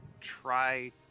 try